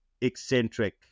eccentric